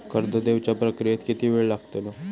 कर्ज देवच्या प्रक्रियेत किती येळ लागतलो?